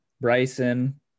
Bryson